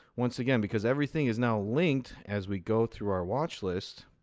once again, because everything is now linked as we go through our watchlist,